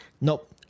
Nope